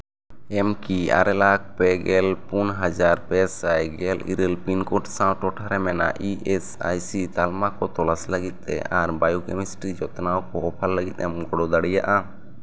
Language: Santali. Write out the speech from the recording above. ᱮᱢ ᱠᱤ ᱟᱨᱮ ᱞᱟᱠᱷ ᱯᱮᱜᱮᱞ ᱯᱩᱱ ᱦᱟᱡᱟᱨ ᱯᱮᱥᱟᱭ ᱜᱮᱞ ᱤᱨᱟᱹᱞ ᱯᱤᱱᱠᱳᱰ ᱥᱟᱶ ᱴᱚᱴᱷᱟᱨᱮ ᱢᱮᱱᱟᱜ ᱤ ᱮᱥ ᱟᱭ ᱥᱤ ᱛᱟᱞᱢᱟ ᱠᱚ ᱛᱚᱞᱟᱥ ᱞᱟᱹᱜᱤᱫ ᱛᱮ ᱟᱨ ᱵᱟᱭᱳ ᱠᱮᱢᱮᱥᱴᱨᱤ ᱡᱚᱛᱱᱟᱣ ᱠᱚ ᱚᱯᱷᱟᱨ ᱞᱟᱹᱜᱤᱫ ᱮᱢ ᱜᱚᱲᱚ ᱫᱟᱲᱮᱭᱟᱜᱼᱟ